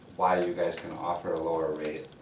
why you guys can offer a lower rate,